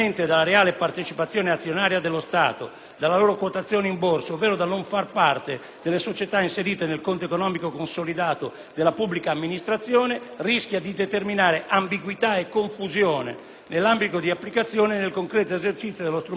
dalla loro quotazione in Borsa ovvero dal non far parte delle società inserite nel conto economico consolidato della pubblica amministrazione, rischia di determinare ambiguità e confusione nell'ambito di applicazione e nel concreto esercizio dello strumento della *class action* da parte degli utenti finali.